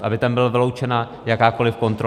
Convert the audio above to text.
Aby tam byla vyloučena jakákoliv kontrola.